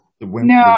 no